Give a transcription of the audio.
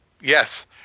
Yes